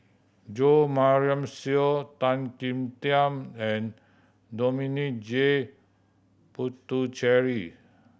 Jo Marion Seow Tan Kim Tian and Dominic J Puthucheary